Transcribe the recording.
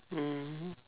mmhmm